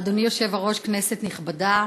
אדוני היושב-ראש, כנסת נכבדה,